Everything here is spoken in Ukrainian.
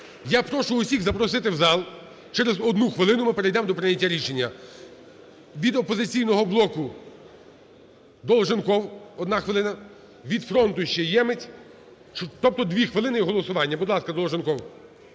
Я прошу всіх запросити в зал, через одну хвилину ми перейдемо до прийняття рішення. Від "Опозиційного блоку"Долженков, одна хвилина. Від "Фронту" ще Ємець, тобто дві хвилини - і голосування. Будь ласка, Долженков.